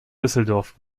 düsseldorf